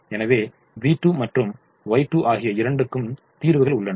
எனவே v2 மற்றும் Y2 ஆகி இரண்டுக்கும் தீர்வுகள் உள்ளன